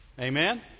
Amen